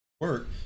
work